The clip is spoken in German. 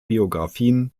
biographien